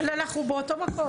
אבל אנחנו באותו מקום.